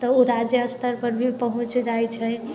तऽ उ राज्य स्तरपर भी पहुँच जाइ छै